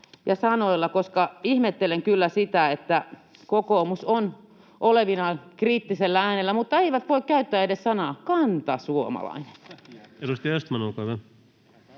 ja sanoilla. Ihmettelen kyllä, että kokoomus on olevinaan kriittisellä äänellä, mutta ei voi käyttää edes sanaa kantasuomalainen. [Speech 121] Speaker: